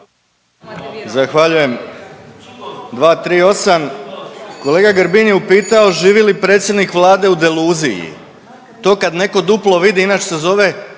Zahvaljujem.